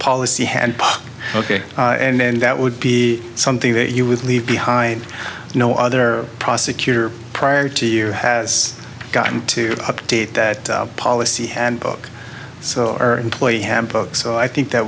policy hand ok and that would be something that you would leave behind no other prosecutor prior to you has gotten to update the policy handbook so our employee handbook so i think that